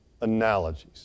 analogies